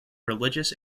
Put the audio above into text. religious